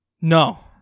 No